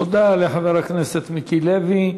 תודה לחבר הכנסת מיקי לוי.